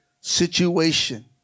situation